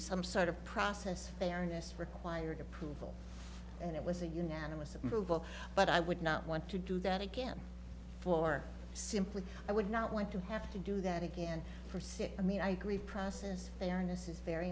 some sort of process fairness required approval and it was a unanimous approval but i would not want to do that again for simply i would not want to have to do that again for six i mean i agree process